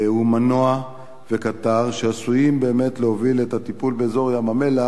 הוא מנוע וקטר שעשויים באמת להוביל את הטיפול באזור ים-המלח,